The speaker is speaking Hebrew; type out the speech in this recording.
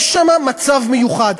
יש שם מצב מיוחד.